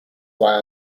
why